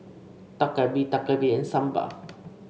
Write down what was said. Dak Galbi Dak Galbi and Sambar